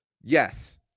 Yes